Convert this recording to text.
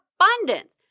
abundance